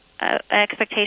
expectation